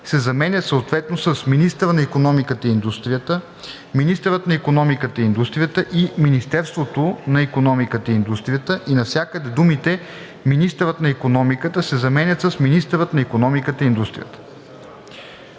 се заменят съответно с „министъра на икономиката и индустрията“, „Министърът на икономиката и индустрията“ и „Министерството на икономиката и индустрията“ и навсякъде думите „министърът на икономиката“ се заменят с „министърът на икономиката и индустрията“.“